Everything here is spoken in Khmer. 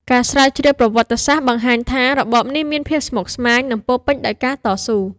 ការស្រាវជ្រាវប្រវត្តិសាស្ត្របង្ហាញថា របបនេះមានភាពស្មុគស្មាញ និងពោរពេញដោយការតស៊ូ។